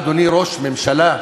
אדוני ראש ממשלה,